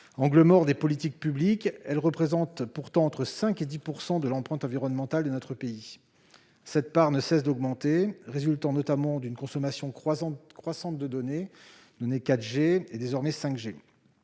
Angle mort des politiques publiques, la transition numérique représente pourtant entre 5 % et 10 % de l'empreinte environnementale de notre pays. Cette part ne cesse d'augmenter, du fait notamment d'une consommation croissante de données 4G, et désormais 5G.